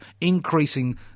increasing